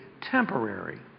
temporary